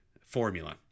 formula